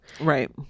Right